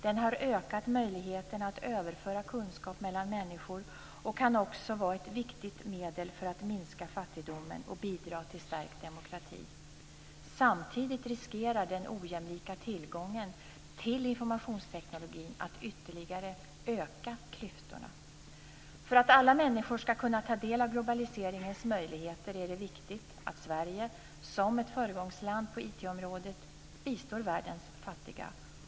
Den har ökat möjligheterna att överföra kunskap mellan människor och kan också vara ett viktigt medel för att minska fattigdomen och bidra till stärkt demokrati. Samtidigt riskerar den ojämlika tillgången till informationsteknologin att ytterligare öka klyftorna. För att alla människor ska kunna ta del av globaliseringens möjligheter är det viktigt att Sverige, som ett föregångsland på IT-området, bistår världens fattiga.